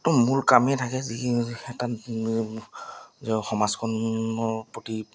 মূল কামেই থাকে যি এটা সমাজখনৰ প্ৰতি